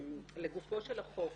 לגופו של החוק,